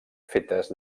fetes